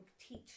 teach